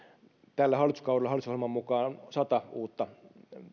tällä hallituskaudella hallitusohjelman mukaan voidaan perustaa sata uutta